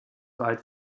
weit